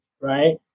right